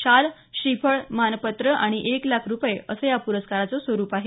शाल श्रीफळ मानपत्र आणि एक लाख रुपये असं या पुरस्काराच स्वरूप आहे